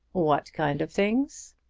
what kind of things?